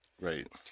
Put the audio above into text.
Right